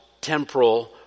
temporal